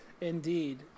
indeed